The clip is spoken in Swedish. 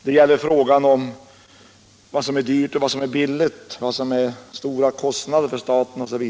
Det gäller frågan vad som är dyrt och = i utbildningsväsenvad som är billigt, vad som är stora kostnader för staten.